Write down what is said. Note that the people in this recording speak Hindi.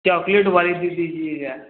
चॉकलेट वाली दे दीजिएगा